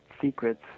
secrets